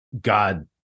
God